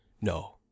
no